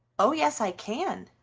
oh, yes, i can,